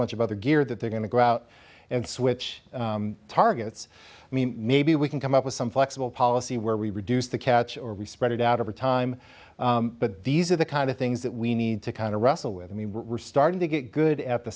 bunch of other gear that they're going to go out and switch targets i mean maybe we can come up with some flexible policy where we reduce the catch or we spread it out over time but these are the kind of things that we need to kind of wrestle with i mean we're starting to get good at the